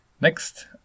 Next